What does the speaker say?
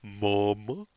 mama